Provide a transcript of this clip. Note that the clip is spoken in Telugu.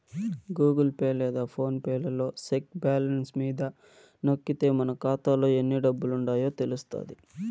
గూగుల్ పే లేదా ఫోన్ పే లలో సెక్ బ్యాలెన్స్ మీద నొక్కితే మన కాతాలో ఎన్ని డబ్బులుండాయో తెలస్తాది